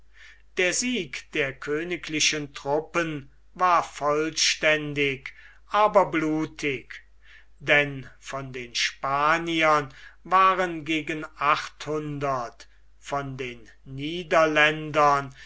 der sieg der königlichen truppen war vollständig aber blutig denn von den spaniern waren gegen achthundert von den niederländern